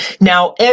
Now